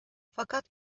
fakat